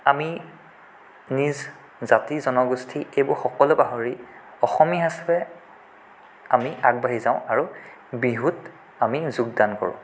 আমি নিজ জাতি জনগোষ্ঠী এইবোৰ সকলো পাহৰি অসমীয়া হিচাপে আমি আগবাঢ়ি যাওঁ আৰু বিহুত আমি যোগদান কৰোঁ